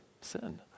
sin